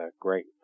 great